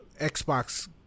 Xbox